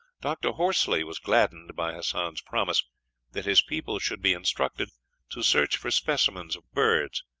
dr. horsley was gladdened by hassan's promise that his people should be instructed to search for specimens of birds,